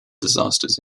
disasters